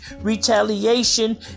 retaliation